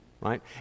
right